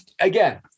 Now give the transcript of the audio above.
again –